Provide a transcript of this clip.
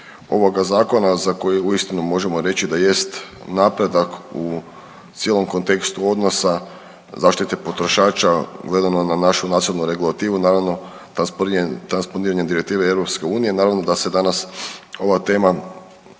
ovoga zakona za koji uistinu možemo reći da jest napredak u cijelom kontekstu odnosa zaštite potrošača gledano na našu nacionalnu regulativu. Naravno transponiranjem direktive EU, naravno da se danas ova tema